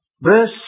verse